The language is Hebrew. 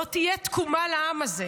לא תהיה תקומה לעם הזה.